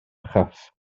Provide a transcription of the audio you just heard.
chyff